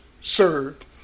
served